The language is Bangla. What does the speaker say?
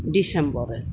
ডিসেম্বরে